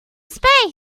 space